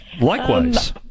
Likewise